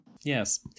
yes